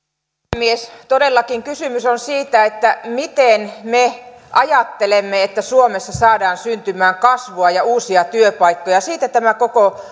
puhemies todellakin kysymys on siitä miten me ajattelemme että suomessa saadaan syntymään kasvua ja uusia työpaikkoja siitä tämä koko